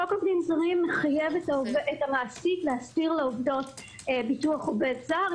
חוק עובדים זרים מחייב את המעסיק להסדיר לעובדות ביטוח עובד זר.